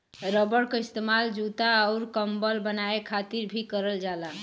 rubber क इस्तेमाल जूता आउर कम्बल बनाये खातिर भी करल जाला